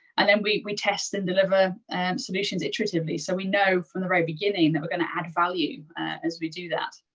and then we we test and deliver solutions iteratively. so we know from the very beginning beginning that we're going to add value as we do that.